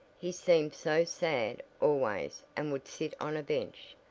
he seemed so sad always and would sit on a bench,